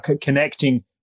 connecting